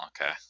okay